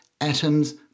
atoms